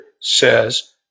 says